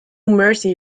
mercy